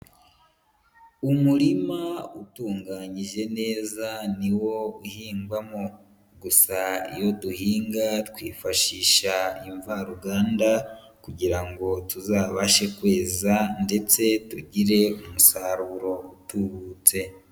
Umurima utunganyije neza ni wo uhingwamo, gusa iyo duhinga twifashisha imvaruganda kugira ngo tuzabashe kwiza ndetse tugire umusaruro utubutse.